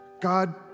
God